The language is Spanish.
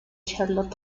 sherlock